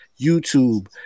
YouTube